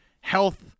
health